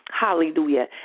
Hallelujah